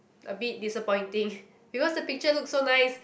a bit disappointing because the picture look so nice